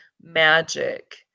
magic